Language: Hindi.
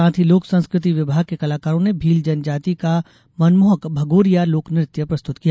साथ ही लोक संस्कृति विभाग के कलाकारों ने भील जनजाति का मनमोहक भगोरिया लोकनृत्य प्रस्तुत किया